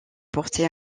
porter